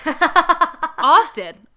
often